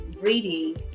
reading